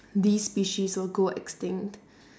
these species will go extinct